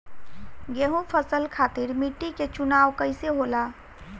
गेंहू फसल खातिर मिट्टी के चुनाव कईसे होला?